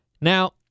Now